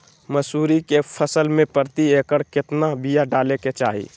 मसूरी के फसल में प्रति एकड़ केतना बिया डाले के चाही?